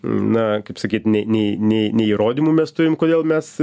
na kaip sakyt nei nei ne įrodymų mes turim kodėl mes